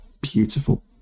beautiful